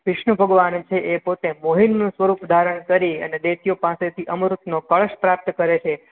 વિષ્ણુ ભગવાન છે એ પોતે મોહિનીનું સ્વરૂપ ધારણ કરી અને દૈત્યો પાસેથી અમૃતનું કળશ પ્રાપ્ત કરે છે